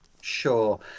Sure